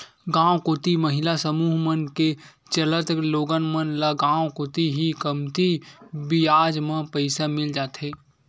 गांव कोती महिला समूह मन के चलत लोगन मन ल गांव कोती ही कमती बियाज म पइसा मिल जाथे